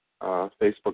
Facebook